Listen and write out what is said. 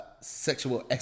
sexual